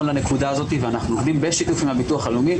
לנקודה הזאת ואנחנו עובדים בשיתוף עם הביטוח הלאומי